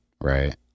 right